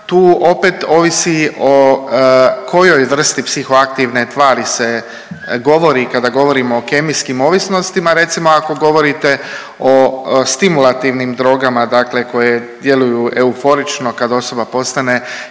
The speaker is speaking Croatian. tu opet ovisi o kojoj vrsti psihoaktivne tvari se govori kada govorimo i kemijskim ovisnostima. Recimo ako govorite o stimulativnim drogama koje djeluju euforično kad osoba postane hiperaktivna,